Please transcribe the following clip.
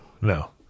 no